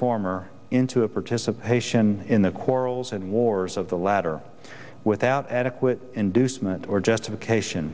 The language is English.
former into a participation in the quarrels and wars of the latter without adequate inducement or justification